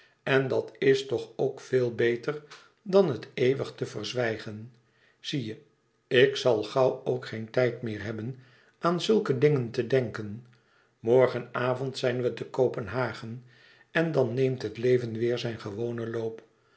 en dat is toch ook veel beter dan het eeuwig te verzwijgen zie je ik zal gauw ook geen tijd meer hebben aan zulke dingen te denken morgenavond zijn we te kopenhagen en dan neemt het leven weêr zijn gewonen loop